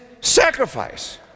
sacrifice